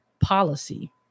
policy